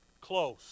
close